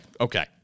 Okay